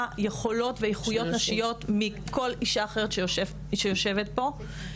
פחות יכולות ואיכויות נשיות מכל אישה אחרת שיושבת פה.